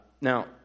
Now